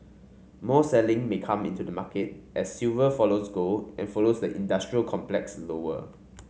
more selling may come into the market as silver follows gold and follows the industrial complex lower